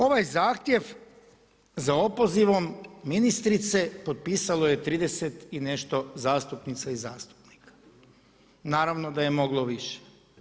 Ovaj zahtjev za opozivom ministrice potpisalo je 30 i nešto zastupnica i zastupnika, naravno da je moglo više.